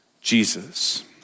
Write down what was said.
Jesus